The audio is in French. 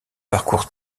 parcours